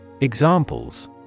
Examples